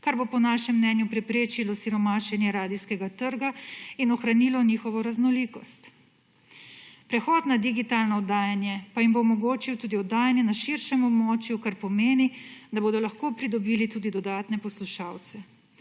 kar bo po našem mnenju preprečilo siromašenje radijskega trga in ohranilo njihovo raznolikost. Prehod na digitalno oddajanje pa jim bo omogočil tudi oddajanje na širšem območju, kar pomeni, da bodo lahko pridobili tudi dodatne poslušalce.